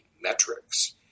metrics